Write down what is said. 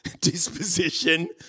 disposition